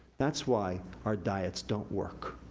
that's why our diets don't work.